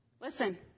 Listen